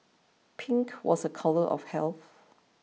pink was a colour of health